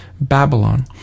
Babylon